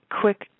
quick